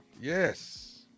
Yes